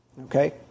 okay